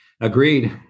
Agreed